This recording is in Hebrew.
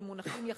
במונחים יחסיים"